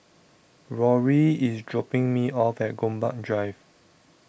Rory IS dropping Me off At Gombak Drive